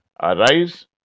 Arise